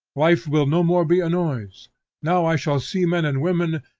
life will no more be a noise now i shall see men and women,